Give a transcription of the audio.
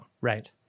Right